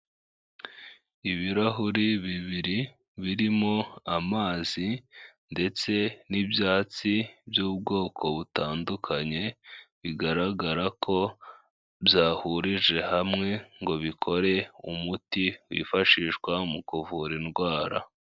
Ibirahuri bibiri birimo amazi ndetse n'ibyatsi by'ubwoko butandukanye, bigaragara ko byahurije hamwe ngo bikore umuti wifashishwa mu kuvura indwara.